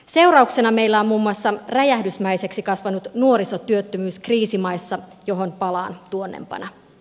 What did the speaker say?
seurauksina meillä on muun muassa räjähdysmäiseksi kasvanut nuorisotyöttömyys kriisimaissa johon palaan tuonnempana